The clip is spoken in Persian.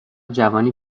جوانی